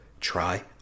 try